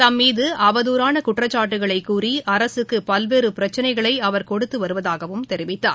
தம்மீதுஅவதூறானகுற்றச்சாட்டுகளைகூறி அரசுக்குபல்வேறபிரச்சினைகளைஅவர் கொடுத்துவருவதாகவும் கூறினார்